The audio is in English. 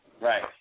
Right